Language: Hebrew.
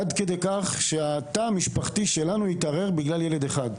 עד כדי כך שהתא המשפחתי שלנו התערער בגלל ילד אחד.